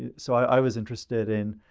yeah so i was interested in